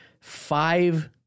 Five